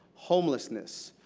homelessness,